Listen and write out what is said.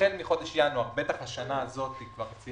החל מחודש ינואר, בוודאי בשנה זו, יש